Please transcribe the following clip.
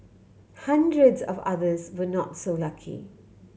hundreds of others were not so lucky